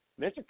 mr